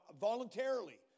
voluntarily